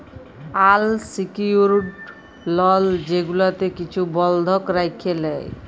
আল secured loan যেগুলাতে কিছু বল্ধক রাইখে লেই